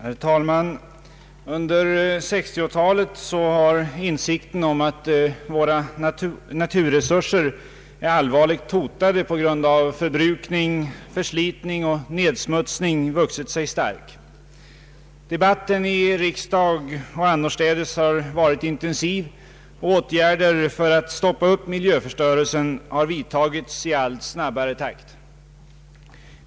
Herr talman! Under 1960-talet har insikten om att våra naturresurser är allvarligt hotade på grund av förbrukning, förslitning och nedsmutsning vuxit sig stark. Debatten i riksdagen och annorstädes har varit intensiv, och åtgärder för att stoppa miljöförstörelsen har vidtagits i allt snabbare takt.